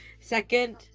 Second